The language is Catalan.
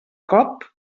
colp